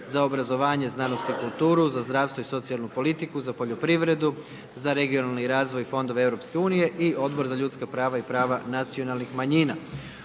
za obrazovanje, znanost i kulturu, za zdravstvo i socijalnu politiku, za poljoprivredu, za regionalni razvoj i fondove Europske unije i Odbor za ljudska prava i prava nacionalnih manjina.